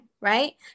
right